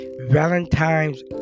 Valentine's